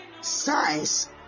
science